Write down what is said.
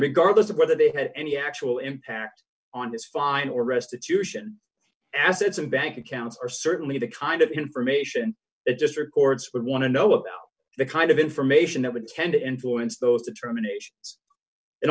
regardless of whether they had any actual impact on this fine or restitution assets and bank accounts are certainly the kind of information that just records would want to know about the kind of information that would tend to influence those determinations and